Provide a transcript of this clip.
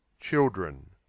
children